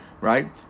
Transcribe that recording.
right